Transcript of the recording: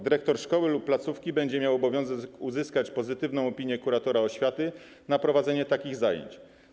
Dyrektor szkoły lub placówki będzie miał obowiązek uzyskać pozytywną opinię kuratora oświaty o prowadzeniu takich zajęć.